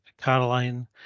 Caroline